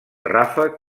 ràfec